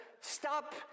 stop